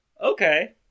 Okay